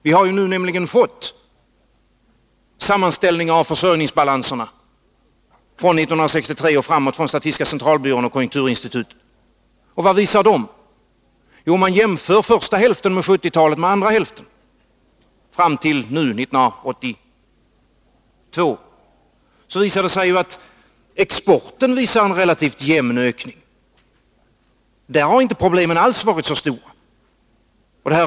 Vi har nämligen nu fått sammanställningar av försörjningsbalansen från 1963 och framåt från statistiska centralbyrån och konjunkturinstitutet. Vad visar de sammanställningarna? Jo, man jämför första hälften av 1970-talet med andra hälften av 1970-talet och tiden fram till 1982. Exporten visar en relativt jämn ökning. Där har problemen inte alls varit så stora.